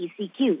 ECQ